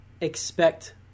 expect